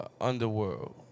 Underworld